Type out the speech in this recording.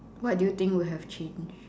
what do you think would have changed